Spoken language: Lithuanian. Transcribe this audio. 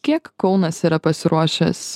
kiek kaunas yra pasiruošęs